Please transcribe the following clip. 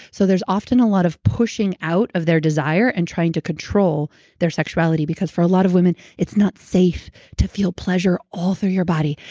so there's often a lot of pushing out of their desire and trying to control their sexuality because for a lot of women, it's not safe to feel pleasure all through your body.